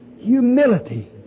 humility